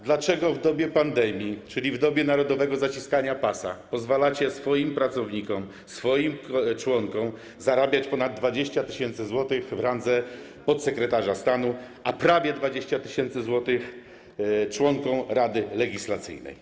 Dlaczego w dobie pandemii, czyli w dobie narodowego zaciskania pasa, pozwalacie swoim pracownikom, swoim członkom zarabiać ponad 20 tys. zł w randze podsekretarza stanu, a prawie 20 tys. zł członkom Rady Legislacyjnej?